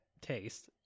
taste